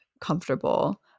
comfortable